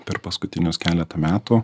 per paskutinius keletą metų